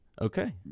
Okay